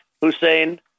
Hussein